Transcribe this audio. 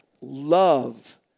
love